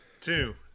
two